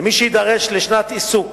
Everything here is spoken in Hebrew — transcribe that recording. למי שיידרש לשנת עיסוק